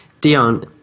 Dion